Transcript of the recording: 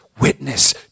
witness